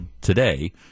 today